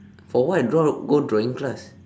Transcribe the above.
for what draw go drawing class